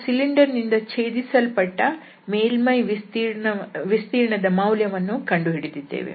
ನಾವು ಸಿಲಿಂಡರ್ ನಿಂದ ಛೇದಿಸಲ್ಪಟ್ಟ ಮೇಲ್ಮೈ ವಿಸ್ತೀರ್ಣದ ಮೌಲ್ಯವನ್ನು ಕಂಡುಹಿಡಿದಿದ್ದೇವೆ